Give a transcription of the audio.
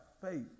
faith